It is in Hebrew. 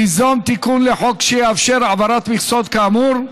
ליזום תיקון לחוק שיאפשר העברת מכסות כאמור,